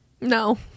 No